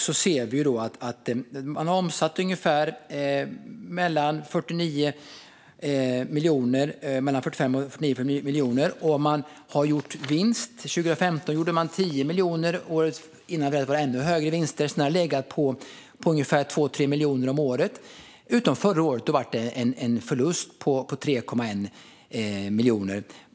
Då ser vi att man har omsatt mellan 45 och 49 miljoner, och man har gjort vinst. År 2015 var vinsten 10 miljoner, och åren innan var det ännu högre vinster. Sedan har det legat på ungefär 2-3 miljoner om året, utom förra året, då det blev en förlust på 3,1 miljoner.